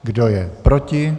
Kdo je proti?